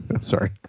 sorry